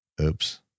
Oops